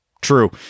True